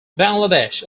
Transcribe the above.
bangladesh